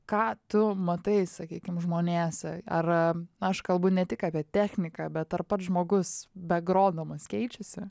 ką tu matai sakykim žmonėse ar aš kalbu ne tik apie techniką bet ar pats žmogus be grodamas keičiasi